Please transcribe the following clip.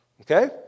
okay